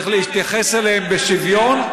צריך להתייחס אליהם בשוויון,